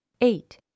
eight